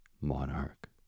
Monarch